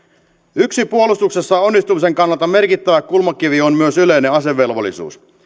yksi puolustuksessa onnistumisen kannalta merkittävä kulmakivi on myös yleinen asevelvollisuus